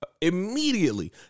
immediately